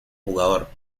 jugador